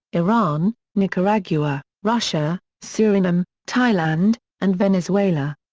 iran, nicaragua, russia, suriname, thailand, and venezuela.